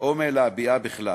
או מלהביעה בכלל,